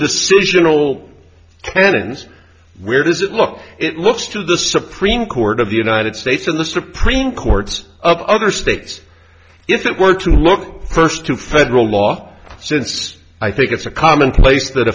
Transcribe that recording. decision all anons where does it look it looks to the supreme court of the united states and the supreme courts of other states if it were to look first to federal law since i think it's a commonplace that